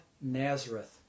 Nazareth